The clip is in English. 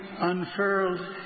unfurled